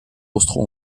austro